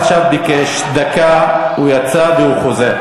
עשינו את זה, והוא יכול לדבר.